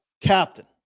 captain